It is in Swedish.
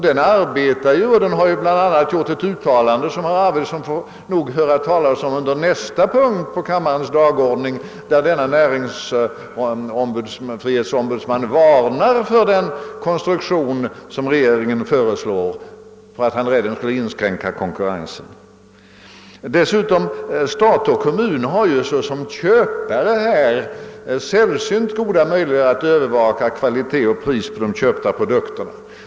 Den arbetar och har bl.a. gjort ett uttalande som herr Arvidson nog får höra talas om under nästa punkt på kammarens dagordning, varav framgår att näringsfrihetsombudsmannen varnar för den konstruktion som regeringen föreslår, därför att han är rädd för att den skulle inskränka konkurrensen. Dessutom har stat och kommun såsom köpare sällsynt goda möjligheter att övervaka kvalitet och pris på de köpta produkterna.